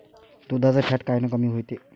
दुधाचं फॅट कायनं कमी होते?